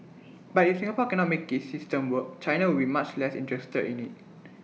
but if Singapore cannot make its system work China will be much less interested in IT